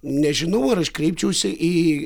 nežinau ar aš kreipčiausi į